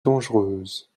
dangereuse